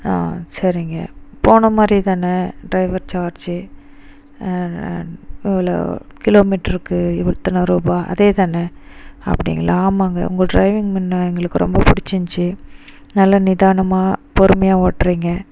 சரிங்க போன மாதிரி தானே டிரைவர் சார்ஜி இவ்ளோ கிலோமீட்டருக்கு இத்தனை ரூபாய் அதே தானே அப்டிங்களா ஆமாங்க உங்கள் டிரைவிங் முன்னே எங்களுக்கு ரொம்ப புடிச்சிருந்துச்சி நல்ல நிதானமாக பொறுமையாக ஓட்டுறீங்க